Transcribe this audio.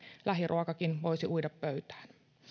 lähiruokakin voisi uida pöytään